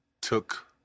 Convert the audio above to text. took